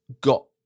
got